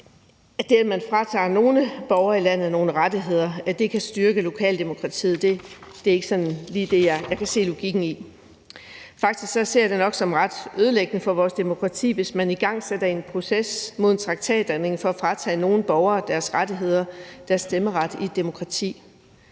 det, at man fratager nogle borgere i landet nogle rettigheder, kan styrke lokaldemokratiet. Det er ikke sådan lige noget, jeg kan se logikken i. Faktisk ser jeg det nok som ret ødelæggende for vores demokrati, hvis man igangsætter en proces mod en traktatændring for at fratage nogle borgere deres rettigheder og deres stemmeret i et demokrati.